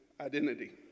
identity